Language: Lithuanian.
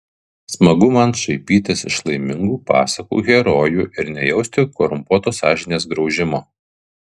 smagu man šaipytis iš laimingų pasakų herojų ir nejausti korumpuotos sąžinės graužimo